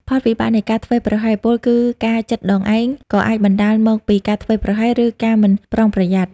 ផលវិបាកនៃការធ្វេសប្រហែស ពោលគឺការចិតដងឯង ក៏អាចបណ្ដាលមកពី ការធ្វេសប្រហែស ឬ ការមិនប្រុងប្រយ័ត្ន។